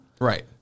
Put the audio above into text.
Right